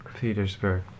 Petersburg